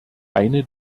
eine